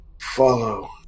follow